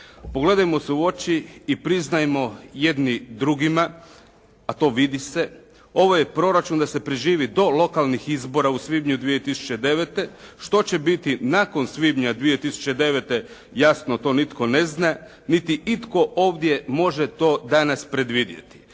Pogledajmo se u oči i priznajmo jedni drugima a to vidi se. Ovo je proračun da se preživi do lokalnih izbora u svibnju 2009. Što će biti nakon svibnja 2009. jasno to nitko ne zna niti itko ovdje može to danas predvidjeti.